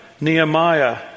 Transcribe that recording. Nehemiah